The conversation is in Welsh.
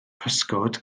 pysgod